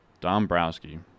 Dombrowski